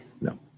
No